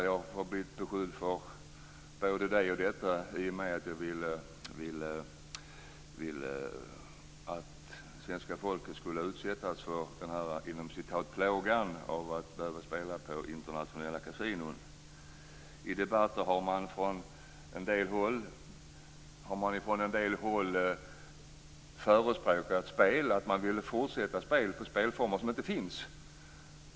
Jag har blivit beskylld för både det ena och andra, i och med att jag ville att svenska folket skulle utsättas för "plågan" att spela på internationella kasinon. I debatter har man från en del håll förespråkat fortsatt spel med spelformer som inte finns.